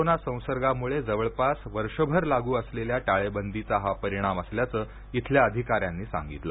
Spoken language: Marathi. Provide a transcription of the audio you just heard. कोरोना संसर्गामुळ जवळपास वर्षभर लागू असलेल्या टाळेबंदीचा हा परिणाम असल्याचं इथल्या अधिकाऱ्यांनी सांगितलं